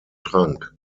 trank